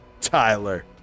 Tyler